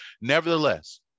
Nevertheless